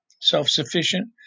self-sufficient